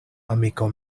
amiko